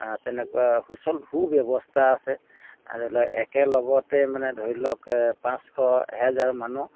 তেনেকুৱা সুচল সু ব্যৱস্থা আছে ধৰি লওক একেলগতে মানে ধৰি লওক পাঁচশ এহেজাৰ মানুহ